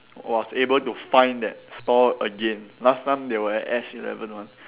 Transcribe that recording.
was able to find that store again last time they were at S eleven one